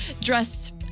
dressed